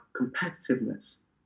competitiveness